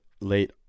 late